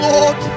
Lord